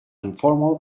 informal